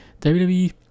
WWE